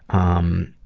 um,